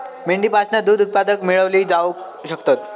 मेंढीपासना दूध उत्पादना मेळवली जावक शकतत